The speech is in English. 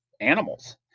animals